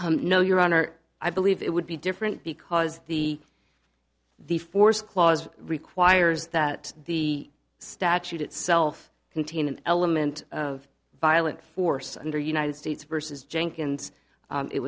say no your honor i believe it would be different because the the fourth clause requires that the statute itself contain an element of violent force under united states versus jenkins